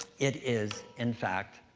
it is, in fact,